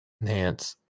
Enhance